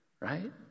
right